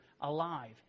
alive